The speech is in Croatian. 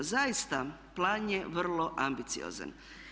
Zaista plan je vrlo ambiciozan.